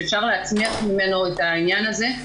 שאפשר להצמיח ממנו את העניין הזה,